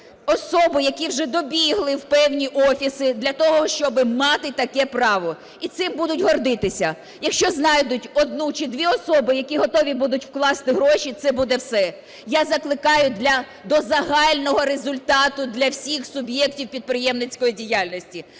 особи, які вже добігли в певні офіси для того, щоб мати таке право, і цим будуть гордитися. Якщо знайдуть одну, чи дві особи, які готові будуть вкласти гроші, це буде все. Я закликаю для до загального результату для всіх суб'єктів підприємницької діяльності,